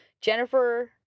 Jennifer